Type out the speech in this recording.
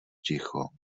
ticho